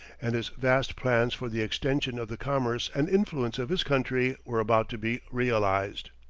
and his vast plans for the extension of the commerce and influence of his country were about to be realized.